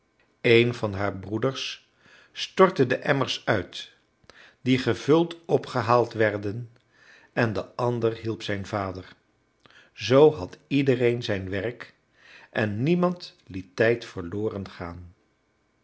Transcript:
een van haar broeders stortte de emmers uit die gevuld opgehaald werden en de ander hielp zijn vader zoo had iedereen zijn werk en niemand liet tijd verloren gaan